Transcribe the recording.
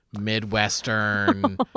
Midwestern